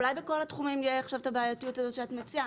אולי בכל התחומים תהיה עכשיו הבעייתיות שאת מציעה?